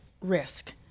risk